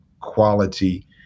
quality